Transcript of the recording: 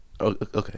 Okay